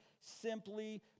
simply